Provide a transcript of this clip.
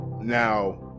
Now